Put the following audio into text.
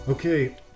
Okay